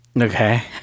Okay